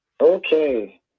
Okay